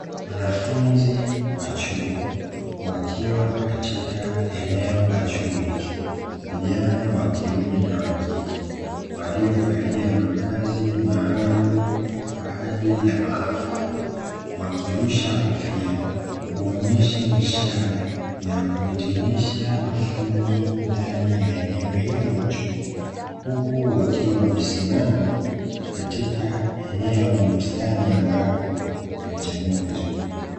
Wanafunzi wa chuo, wakiwa katika eneo la chuo hicho, vijana wa kiume na wa kike, waliovalia mavazi maalumu kwa ajili ya mahafali, wakirusha kofia kuonyesha ishara ya kuhitimisha mafunzo ndani ya eneo hilo la chuo, huku wakiwa wamesimama katika eneo bustani ambapo imechanua vizuri.